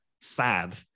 sad